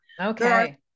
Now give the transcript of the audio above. Okay